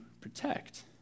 protect